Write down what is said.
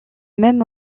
même